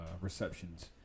receptions